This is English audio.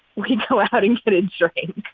we go out and get a drink.